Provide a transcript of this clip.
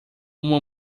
uma